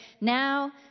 Now